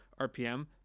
RPM